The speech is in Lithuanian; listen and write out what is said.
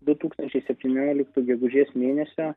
du tūkstančiai septynioliktų gegužės mėnesio